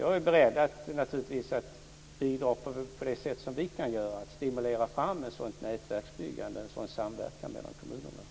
Jag är naturligtvis beredd att bidra på det sätt som vi kan göra med att stimulera ett sådant här nätverksbyggande och en sådan här samverkan mellan kommunerna.